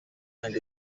and